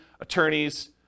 attorneys